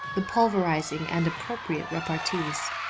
the pulverizing and appropriate repartees.